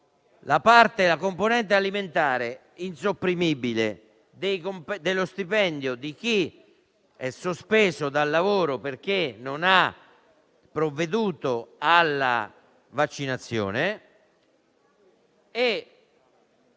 riconoscere la componente alimentare insopprimibile dello stipendio di chi è sospeso dal lavoro perché non ha provveduto alla vaccinazione,